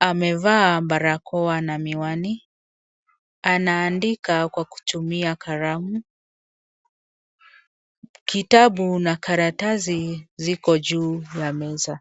amevaa barakoa na miwani, anaandika kwa kutumia kalamu. Kitabu na karatasi ziko juu ya meza.